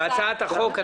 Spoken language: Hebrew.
בהצעת החוק,